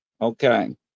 Okay